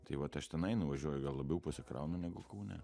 tai vat aš tenai nuvažiuoju gal labiau pasikraunu negu kaune